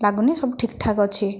ଲାଗୁନାହିଁ ସବୁ ଠିକ୍ଠାକ୍ ଅଛି